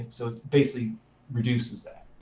so it basically reduces that.